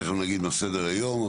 תיכף נגיד מה סדר היום,